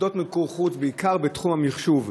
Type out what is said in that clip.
עובדות מיקור חוץ בעיקר בתחום המחשוב.